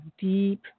deep